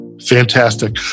Fantastic